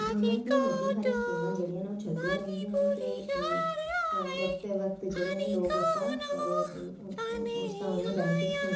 government दियां बड़ियां सारियां सकीमां न ओह् चलदियां रौह्दियां न ते वक्तै वक्त ने लोग जेह्ड़े न लोग उसदा उनें बैनिफिट थ्होंदा ऐ